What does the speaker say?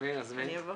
אני אבוא.